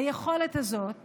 היכולת הזאת